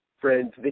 friend's